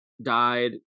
Died